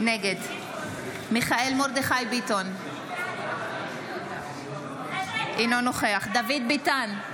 נגד מיכאל מרדכי ביטון, אינו נוכח דוד ביטן,